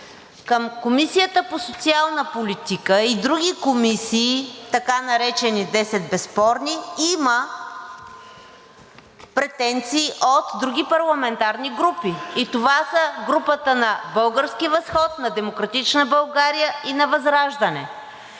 към Комисията по социална политика и други комисии, така наречени 10 безспорни, има претенции от други парламентарни групи, и това са групата на „Български възход“, на „Демократична България“ и на ВЪЗРАЖДАНЕ.